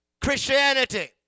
Christianity